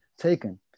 taken